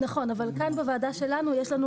נכון, אבל כאן בוועדה שלנו יש לנו